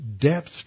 depth